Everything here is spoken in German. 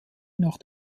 nach